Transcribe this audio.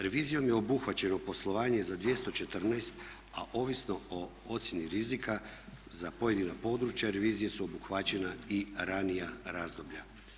Revizijom je obuhvaćeno poslovanje za 214 a ovisno o ocjeni rizika za pojedina područja revizijom su obuhvaćena i ranija razdoblja.